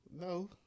No